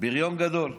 בריון גדול.